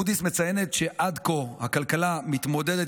מודי'ס מציינת שעד כה הכלכלה מתמודדת